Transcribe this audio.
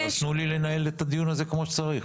תנו לי לנהל את הדיון הזה כמו שצריך.